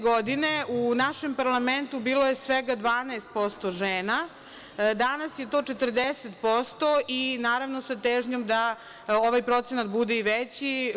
Godine 2000. u našem parlamentu bilo je svega 12% žena, danas je to 40%, naravno, sa težnjom da ovaj procenat bude i veći.